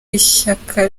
ishyaka